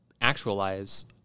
actualize